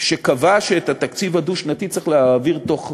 שקבע שאת התקציב הדו-שנתי צריך להעביר בתוך